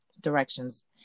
directions